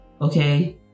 Okay